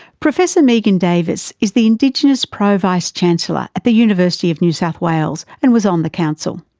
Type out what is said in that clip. professor megan davis is the indigenous pro vice-chancellor at the university of new south wales, and was on the council.